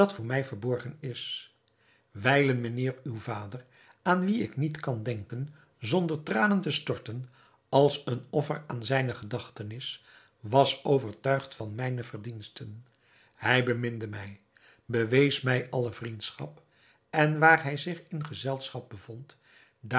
voor mij verborgen is wijlen mijnheer uw vader aan wien ik niet kan denken zonder tranen te storten als een offer aan zijne nagedachtenis was overtuigd van mijne verdiensten hij beminde mij bewees mij alle vriendschap en waar hij zich in gezelschap bevond